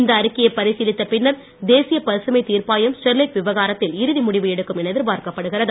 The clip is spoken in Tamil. இந்த அறிக்கையை பரிசீலித்த பின்னர் தேசிய பசுமை தீர்ப்பாயம் ஸ்டெர்லைட் விவகாரத்தில் இறுதி முடிவு எடுக்கும் என எதிர்பார்க்கப் படுகிறது